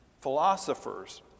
philosophers